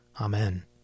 Amen